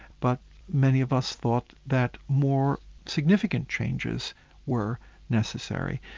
but many of us thought that more significant changes were necessary.